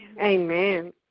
Amen